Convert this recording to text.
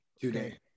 today